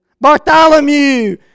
Bartholomew